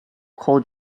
cold